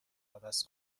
عوض